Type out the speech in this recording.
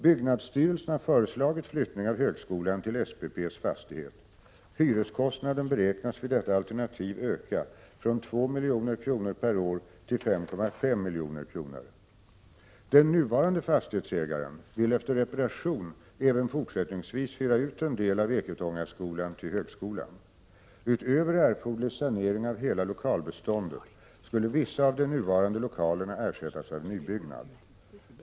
Byggnadsstyrelsen har föreslagit flyttning av högskolan till SPP:s fastighet. Hyreskostnaden beräknas vid detta alternativ öka från 2 milj.kr. per år till 5,5 milj.kr. Den nuvarande fastighetsägaren vill efter reparation även fortsättningsvis hyra ut en del av Eketångaskolan till högskolan. Utöver erforderlig sanering av hela lokalbeståndet skulle vissa av de nuvarande lokalerna ersättas av nybyggnad.